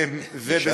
ישנתם?